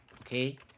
Okay